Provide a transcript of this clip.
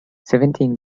seventeen